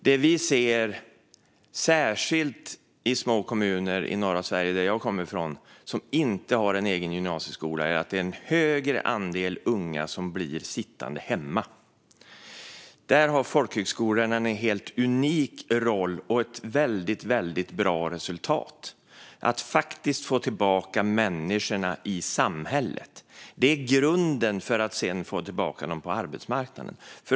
Det vi ser - särskilt i små kommuner utan egna gymnasieskolor i norra Sverige, som jag kommer ifrån - är att en allt högre andel unga blir sittande hemma. Där har folkhögskolorna en helt unik roll och ett väldigt bra resultat. De kan faktiskt få tillbaka människor i samhället, och det är grunden för att sedan få tillbaka dem på arbetsmarknaden.